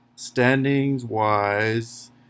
standings-wise